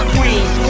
Queens